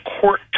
court